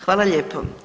Hvala lijepo.